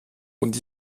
und